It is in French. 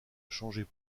changer